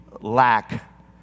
lack